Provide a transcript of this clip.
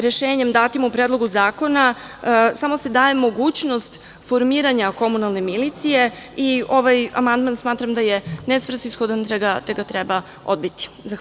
Rešenjem datim u Predlogu zakona, samo se daje mogućnost formiranja komunalne milicije i ovaj amandman smatram da je nesvrsishodan i da ga treba odbiti.